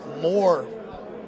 more